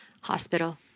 hospital